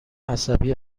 عصبی